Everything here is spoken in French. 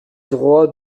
droit